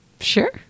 Sure